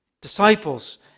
disciples